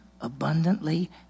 abundantly